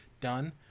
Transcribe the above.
done